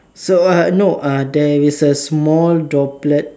so uh no uh there is a small droplet